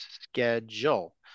schedule